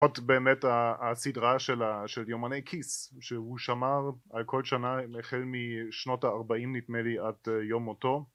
זאת באמת הסדרה של יומני כיס, שהוא שמר על כל שנה החל משנות הארבעים נדמה לי עד יום מותו